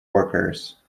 workers